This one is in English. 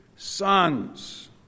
sons